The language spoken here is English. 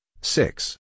six